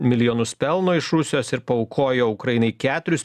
milijonus pelno iš rusijos ir paaukojo ukrainai keturis